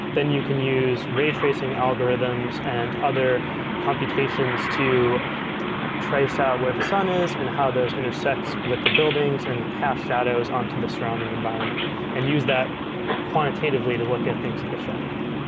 then you can use ray tracing algorithms and other computations to trace out where the sun is and how those intersects with the buildings and cast shadows on to the surrounding environment and use that quantitatively to look at things like a shadow bank